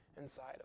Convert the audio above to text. inside